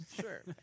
Sure